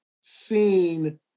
seen